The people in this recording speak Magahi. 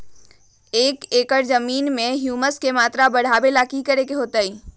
एक एकड़ जमीन में ह्यूमस के मात्रा बढ़ावे ला की करे के होतई?